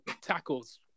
tackles